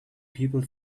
people